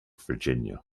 virginia